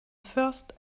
first